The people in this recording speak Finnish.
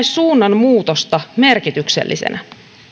suunnanmuutosta merkityksellisenä